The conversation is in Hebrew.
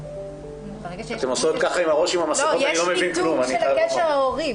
ברגע שיש אימוץ יש ניתוק של הקשר הורי.